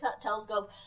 telescope